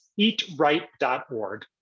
eatright.org